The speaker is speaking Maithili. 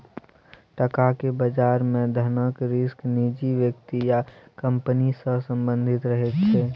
टका केर बजार मे धनक रिस्क निजी व्यक्ति या कंपनी सँ संबंधित रहैत छै